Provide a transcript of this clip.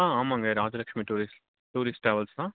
ஆ ஆமாங்க Rajalakshmi tourist tourist travels தான்